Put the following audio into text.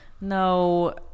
No